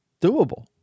doable